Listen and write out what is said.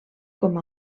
com